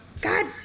God